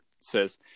says